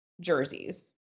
jerseys